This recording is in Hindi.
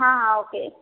हाँ हाँ ओके